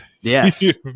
Yes